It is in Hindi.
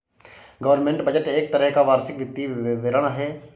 गवर्नमेंट बजट एक तरह का वार्षिक वित्तीय विवरण है